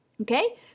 okay